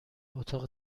اتاق